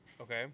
Okay